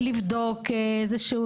בבקשה.